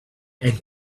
and